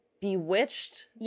Bewitched